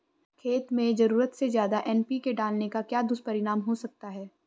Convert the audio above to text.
खेत में ज़रूरत से ज्यादा एन.पी.के डालने का क्या दुष्परिणाम हो सकता है?